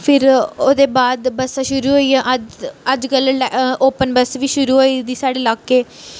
फिर ओह्दे बाद बस्सां शुरू होई गेआ अज्ज अज्जकल ओपन बस बी शुरू होई दी साढ़ै लाके